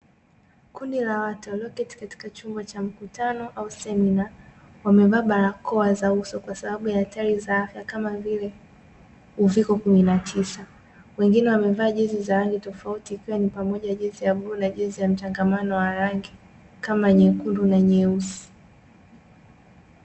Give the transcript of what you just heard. Kundi la watu walioketi katika chumba cha mkutano au semina wamevaa barakoa za uso kwa sababu ya hatari za afya kama vile uviko kumi na tisa, wengine wamevaa jezi za rangi tofauti ikiwa ni pamoja jezi ya bluu na jezi ya mchangamano wa rangi kama nyekundu na nyeusi.